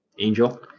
Angel